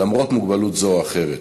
למרות מוגבלות זו או אחרת.